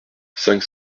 cinq